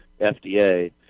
FDA